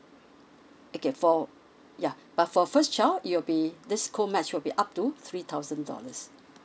okay for yeuh but for first child it will be this co match will be up to three thousand dollars